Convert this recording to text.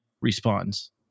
responds